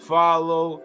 follow